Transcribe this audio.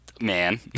Man